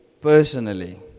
personally